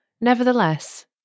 nevertheless